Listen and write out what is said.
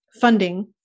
funding